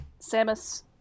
Samus